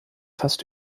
fast